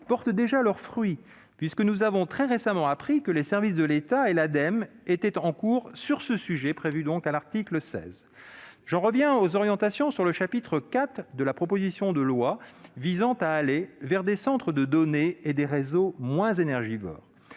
portent déjà leurs fruits, puisque nous avons très récemment appris qu'un travail des services de l'État et de l'Ademe était en cours sur ce sujet dont traite l'article 16. J'en viens aux orientations du chapitre IV de la proposition de loi, visant à promouvoir des centres de données et des réseaux moins énergivores.